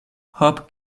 hop